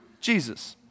Jesus